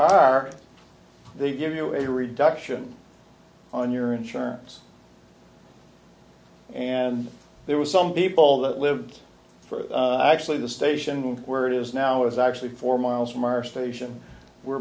are they give you a reduction on your insurance and there was some people that live for actually the station where it is now is actually four miles from our station were